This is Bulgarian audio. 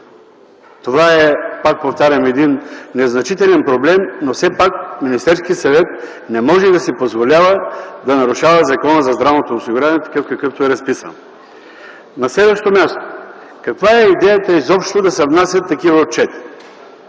Това е, пак повтарям, един незначителен проблем, но все пак Министерският съвет не може да си позволява да нарушава Закона за здравното осигуряване такъв, какъвто е разписан. На следващо място, каква е идеята въобще да се внасят такива отчети?